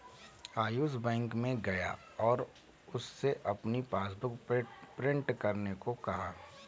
Ayush bank में गया और उससे अपनी पासबुक प्रिंट करने को कहा